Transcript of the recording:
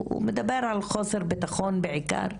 הוא מדבר על חוסר ביטחון בעיקר,